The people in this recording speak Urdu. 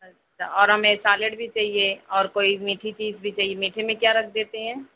اچھا اور ہمیں سالڈ بھی چاہیے اور کوئی میٹھی چیز بھی چاہیے میٹھے میں کیا رکھ دیتے ہیں